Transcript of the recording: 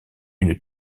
une